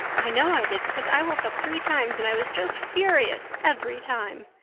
i know i did because i woke up three times and i was just furious every time.